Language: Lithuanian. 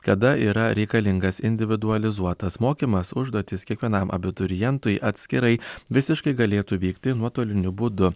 kada yra reikalingas individualizuotas mokymas užduotys kiekvienam abiturientui atskirai visiškai galėtų vykti nuotoliniu būdu